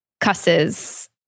cusses